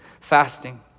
Fasting